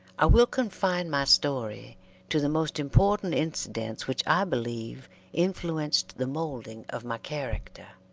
i will confine my story to the most important incidents which i believe influenced the moulding of my character.